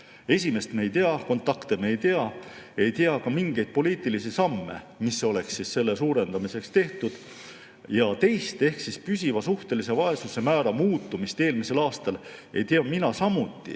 Esimest me ei tea, kontakte me ei tea, ei tea ka mingeid poliitilisi samme, mis oleks selle suurendamiseks tehtud. Ja teist ehk püsiva suhtelise vaesuse määra muutumist eelmisel aastal ei tea mina samuti,